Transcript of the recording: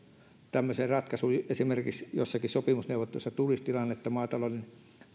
esimerkiksi jossakin sopimusneuvottelussa tulisi tilanne että maatalouden